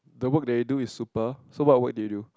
the work that you do is super so what work did you do